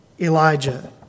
Elijah